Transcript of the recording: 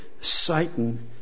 Satan